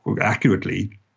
accurately